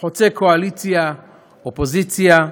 הוא חוצה קואליציה אופוזיציה,